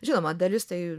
žinoma dalis tai